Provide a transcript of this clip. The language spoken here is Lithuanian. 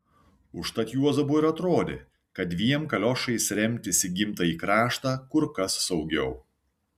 užtat juozapui ir atrodė kad dviem kaliošais remtis į gimtąjį kraštą kur kas saugiau